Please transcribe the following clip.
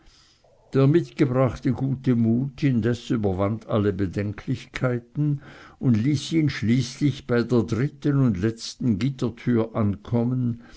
der mitgebrachte gute mut indes überwand alle bedenklichkeiten und ließ ihn schließlich bei der dritten und letzten gittertür ankommen